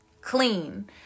Clean